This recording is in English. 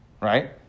right